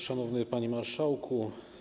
Szanowny Panie Marszałku!